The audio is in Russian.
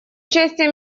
участие